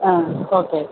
ആ ഓക്കെ